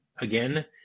Again